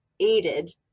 aided